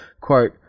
Quote